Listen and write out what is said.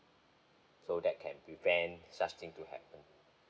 so that can prevent such thing to happen